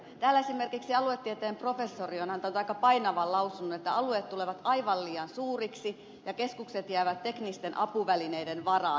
täällä esimerkiksi aluetieteen professori on antanut aika painavan lausunnon että alueet tulevat aivan liian suuriksi ja keskukset jäävät teknisten apuvälineiden varaan